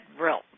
real